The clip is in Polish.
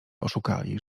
oszukali